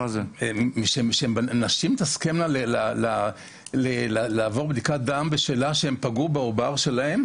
אין מצב שנשים תסכמנה לעבור בדיקת דם בשאלה שהן פגעו בעובר שלהן.